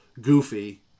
goofy